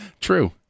true